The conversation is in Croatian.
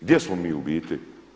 Gdje smo mi u biti?